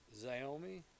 Xiaomi